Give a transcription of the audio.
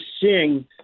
seeing